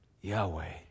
Yahweh